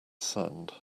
sand